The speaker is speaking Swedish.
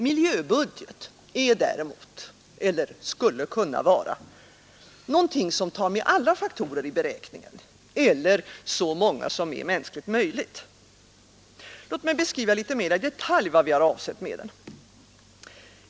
Miljöbudget är däremot - eller skulle kunna vara — någonting som tar med alla faktorer i beräkningen eller så många som är mänskligt möjligt Låt mig beskriva litet mera i detalj vad vi har avsett med den.